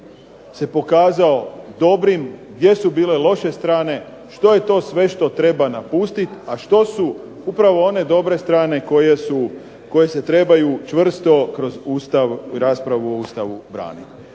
se pokazao dobrim, gdje su bile loše strane, što je to sve što treba napustiti, a što su upravo one dobre strane koje se trebaju čvrsto kroz raspravu o Ustavu braniti.